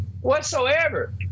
whatsoever